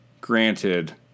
granted